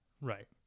right